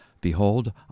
behold